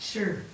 Sure